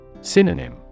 Synonym